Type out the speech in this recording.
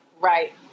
right